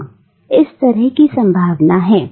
हां इस तरह की संभावना है